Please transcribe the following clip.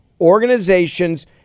organizations